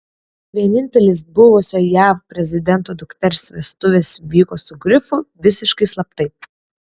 vienintelės buvusio jav prezidento dukters vestuvės vyko su grifu visiškai slaptai